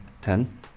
ten